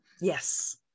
yes